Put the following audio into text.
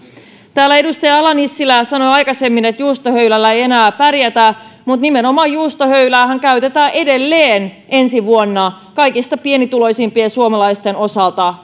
täällä edustaja ala nissilä sanoi aikaisemmin että juustohöylällä ei enää pärjätä mutta nimenomaan juustohöyläähän käytetään edelleen ensi vuonna kaikista pienituloisimpien suomalaisten osalta